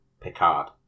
Picard